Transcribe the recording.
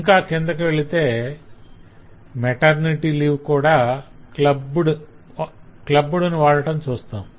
ఇంకా కిందకు వెళితే 'maternity' లీవ్ కు కూడా 'clubbed' ను వాడటం చూస్తాం